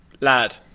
lad